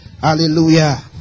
Hallelujah